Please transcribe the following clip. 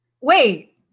Wait